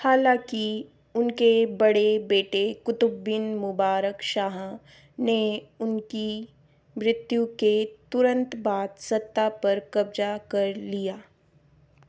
हालाँकि उनके बड़े बेटे कुतुबुद्दीन मुबारक शाह ने उनकी मृत्यु के तुरंत बाद सत्ता पर कब्ज़ा कर लिया